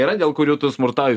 yra dėl kurių tu smurtauji